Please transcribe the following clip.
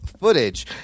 footage